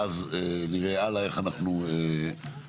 ואז נראה הלאה איך אנחנו מתקדמים.